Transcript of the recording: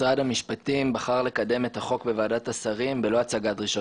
משרד המשפטים בחר לקדם את החוק בוועדת השרים בלא הצגת דרישות